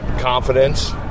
confidence